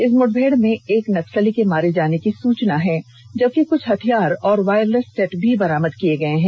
इस मुठभेड़ में एक नक्सली के मारे जाने की सूचना मिल रही है जबकि कुछ हथियार और वायरलेस सेट भी बरामद किए गए हैं